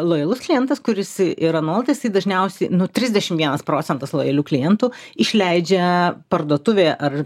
lojalus klientas kuris yra nuolat jisai dažniausiai nu trisdešim vienas procentas lojalių klientų išleidžia parduotuvėje ar